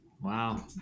Wow